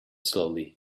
slowly